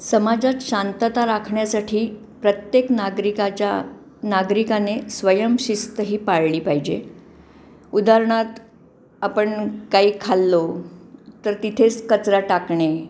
समाजात शांतता राखण्यासाठी प्रत्येक नागरिकाच्या नागरिकाने स्वयंशिस्त ही पाळली पाहिजे उदाहरणार्थ आपण काही खाल्लं तर तिथेच कचरा टाकणे